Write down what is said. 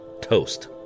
Toast